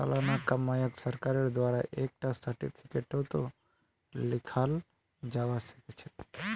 सालाना कमाईक सरकारेर द्वारा एक टा सार्टिफिकेटतों लिखाल जावा सखछे